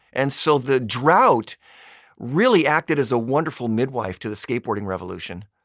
and so the drought really acted as a wonderful midwife to the skateboarding revolution.